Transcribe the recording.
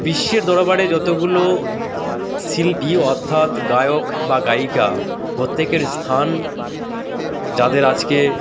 বিশ্বের দরবারে যতগুলো শিল্পী অর্থাৎ গায়ক বা গায়িকা প্রত্যেকের স্থান যাদের আজকে